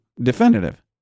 definitive